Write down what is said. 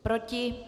Proti?